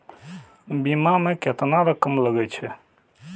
बीमा में केतना रकम लगे छै?